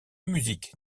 musique